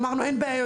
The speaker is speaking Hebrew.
אמרנו אין בעיה,